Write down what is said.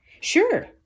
Sure